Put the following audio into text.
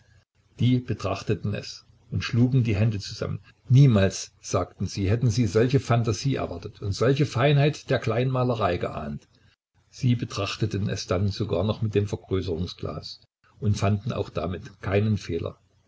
die betrachteten es und schlugen die hände zusammen niemals sagten sie hätten sie solche phantasie erwartet und solche feinheit der kleinmalerei geahnt sie betrachteten es dann sogar noch mit dem vergrößerungsglas und fanden auch damit keinen fehler